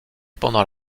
pendant